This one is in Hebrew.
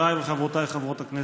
חבריי וחברותיי חברות הכנסת,